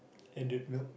added milk